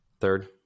Third